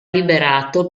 liberato